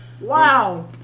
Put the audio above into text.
Wow